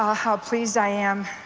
how pleased i am